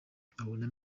abona